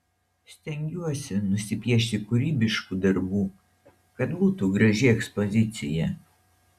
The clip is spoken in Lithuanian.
stengiuosi nusipiešti kūrybiškų darbų kad būtų graži ekspozicija